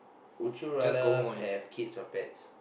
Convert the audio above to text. would you rather have kids or pets